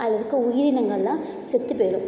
அதிலருக்க உயிரினங்கள்லாம் செத்துப் போயிடும்